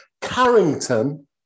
Carrington